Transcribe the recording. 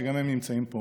שגם הם נמצאים פה.